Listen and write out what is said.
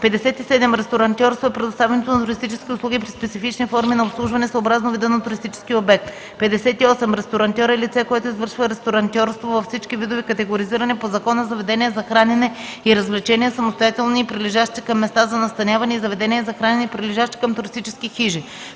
57. „Ресторантьорство” е предоставянето на туристически услуги при специфични форми на обслужване съобразно вида на туристическия обект. 58. „Ресторантьор” е лице, което извършва ресторантьорство във всички видове категоризирани по закона заведения за хранене и развлечения (самостоятелни и прилежащи към места за настаняване) и заведения за хранене, прилежащи към туристически хижи.